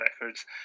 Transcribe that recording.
records